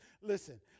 Listen